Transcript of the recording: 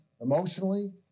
emotionally